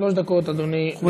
שלוש דקות, אדוני, לרשותך.